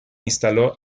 instaló